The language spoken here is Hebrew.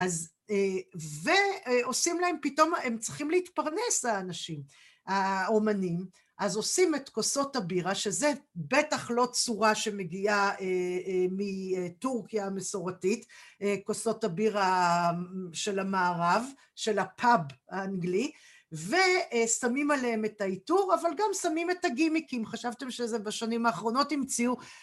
אז ועושים להם, פתאום הם צריכים להתפרנס האנשים, האומנים, אז עושים את כוסות הבירה, שזה בטח לא צורה שמגיעה מטורקיה המסורתית, כוסות הבירה של המערב, של הפאב האנגלי, ושמים עליהם את העיטור, אבל גם שמים את הגימיקים, חשבתם שזה בשנים האחרונות המציאו?